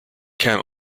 kern